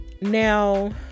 Now